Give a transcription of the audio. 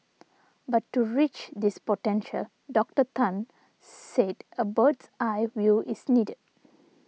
but to reach this potential Doctor Tan said a bird's eye view is needed